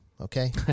Okay